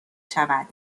شود